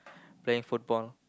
playing football